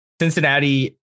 Cincinnati